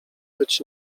być